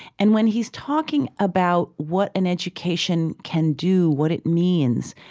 and when he's talking about what an education can do, what it means,